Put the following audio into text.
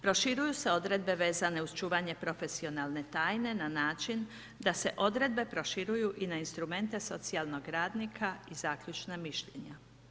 Proširuju se odredbe vezane uz čuvanje profesionalne tajne na način da se odredbe proširuju i na instrumente socijalnog radnika i zaključna mišljenja.